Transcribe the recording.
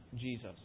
Jesus